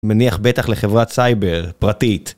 מניח בטח לחברת סייבר, פרטית